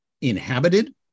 inhabited